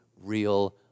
real